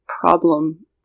problem